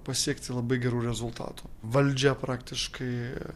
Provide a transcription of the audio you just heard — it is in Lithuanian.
pasiekti labai gerų rezultatų valdžia praktiškai